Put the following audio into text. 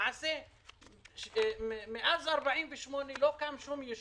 למעשה מאז 1948 לא קם שום ישוב,